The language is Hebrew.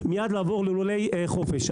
מיד לעבור ללולי חופש?